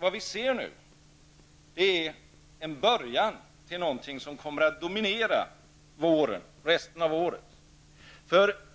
Det vi nu ser början av kommer att dominera under våren och resten av året.